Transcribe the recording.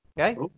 Okay